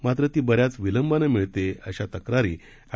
मात्र ती बऱ्याचं विलंबाने मिळते अशा तक्रारी अॅड